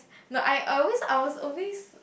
no I always I was always